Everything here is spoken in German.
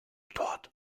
dort